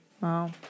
Wow